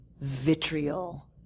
vitriol